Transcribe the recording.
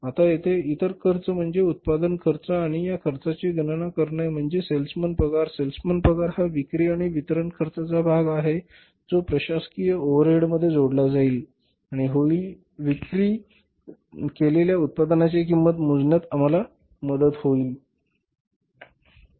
आता येथे इतर खर्च म्हणजे उत्पादन खर्च आणि या खर्चाची गणना करणे म्हणजेच सेल्समन पगार सेल्समन पगार हा विक्री आणि वितरण खर्चाचा भाग आहे जो प्रशासकीय ओव्हरहेडमध्ये जोडला जाईल आणि होईल विक्री केलेल्या उत्पादनाची किंमत मोजण्यात आम्हाला मदत करते